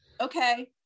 Okay